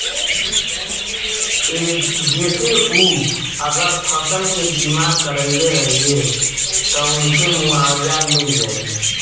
जेसे उ अगर फसल के बीमा करइले रहिये त उनके मुआवजा मिल जाइ